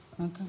Okay